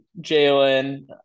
Jalen